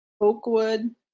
Oakwood